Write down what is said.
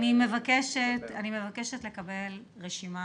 אני מבקשת לקבל רשימה